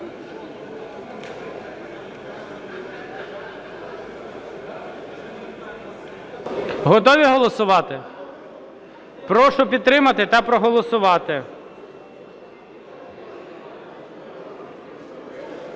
Готові голосувати? Прошу підтримати та проголосувати.